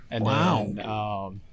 Wow